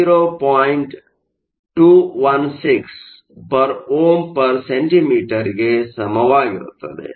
216 Ω 1 cm 1 ಗೆ ಸಮನಾಗಿರುತ್ತದೆ